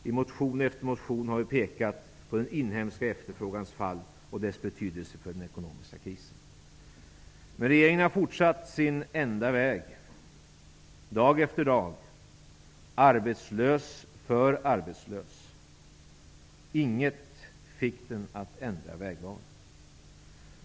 I motion efter motion har vi pekat på den inhemska efterfrågans fall och dess betydelse för den ekonomiska krisen. Regeringen har fortsatt sin enda väg -- dag efter dag, arbetslös för arbetslös. Inget fick regeringen att ändra vägval.